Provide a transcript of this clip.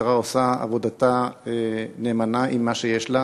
המשטרה עושה עבודתה נאמנה עם מה שיש לה.